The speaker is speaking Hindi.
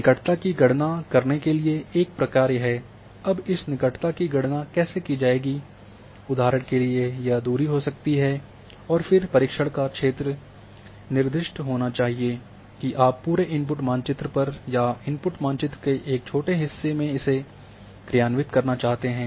निकटता की गणना करने के लिए एक प्रक्रिया है अब इस निकटता की गणना कैसे की जाएगी उदाहरण के लिए यह दूरी हो सकती है और फिर परीक्षण का क्षेत्र निर्दिष्ट होना चाहिए है कि आप पूरे इनपुट मानचित्र पर या इनपुट मानचित्र के एक छोटे हिस्से में इसे क्रियान्वित करना चाहते हैं